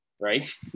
right